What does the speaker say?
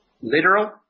Literal